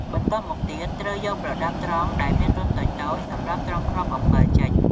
បន្ទាប់មកទៀតត្រូវយកប្រដាប់ត្រង់ដែរមានរន្ធតូចៗសម្រាប់ត្រង់គ្រាប់អំពិល ចេញ។